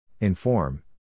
inform